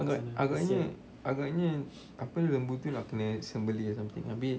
agak~ agaknya agaknya apa lembu tu nak kena sembelih or something abeh